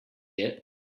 yet